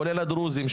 כולל הדרוזים,